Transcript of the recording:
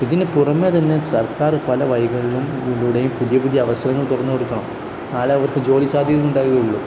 ഇതിന് പുറമേ തന്നെ സർക്കാർ പല വഴികളിലും വഴികളിലൂടെയും പുതിയ പുതിയ അവസരങ്ങൾ തുറന്നു കൊടുക്കണം എന്നാലേ അവർക്ക് ജോലി സാധ്യത ഉണ്ടാവുകയുള്ളൂ